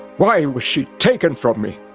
why was she taken from me?